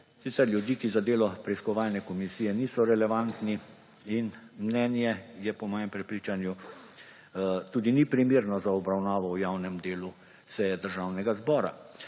sicer ljudi, ki za delo preiskovalne komisije niso relevantni. Mnenje, po mojem prepričanju, tudi ni primerno za obravnavo v javnem delu seje Državnega zbora.